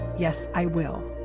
yes, i will.